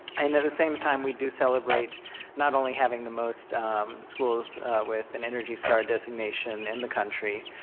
and at the same time, we do celebrate not only having the most schools with an energy star designation in the country,